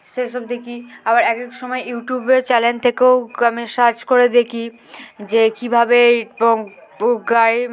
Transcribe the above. সেসব দেখি আবার এক এক সময় ইউটিউবে চ্যানেল থেকেও আমি সার্চ করে দেখি যে কীভাবে এই গাড়ি